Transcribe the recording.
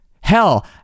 Hell